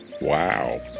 Wow